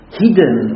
hidden